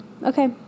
Okay